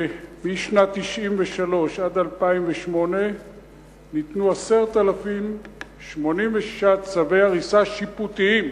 שמשנת 1993 עד 2008 ניתנו 10,086 צווי הריסה שיפוטיים,